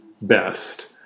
best